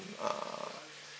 uh